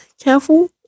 careful